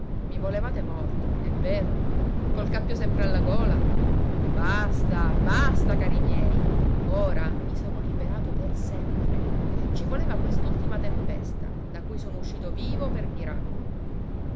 i volevate morto è vero col cappio sempre alla gola basta basta cari miei ora mi sono liberato per sempre ci voleva quest'ultima tempesta da cui sono uscito vivo per miracolo